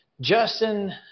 Justin